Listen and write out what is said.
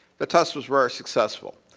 the test was very successful.